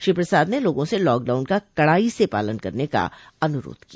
श्री प्रसाद ने लोगों से लॉकडाउन का कड़ाई से पालन करने का अनुरोध किया